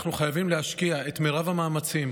אנחנו חייבים להשקיע את מרב המאמצים,